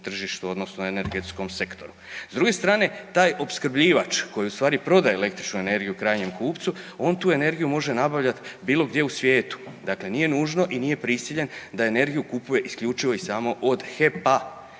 odnosno energetskom sektoru. S druge strane taj opskrbljivač koji u stvari prodaje električnu energiju krajnjem kupcu on tu energiju može nabavljat bilo gdje u svijetu, dakle nije nužno i nije prisiljen da energiju kupuje isključivo i samo od HEP-a,